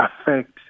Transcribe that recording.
affect